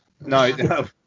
no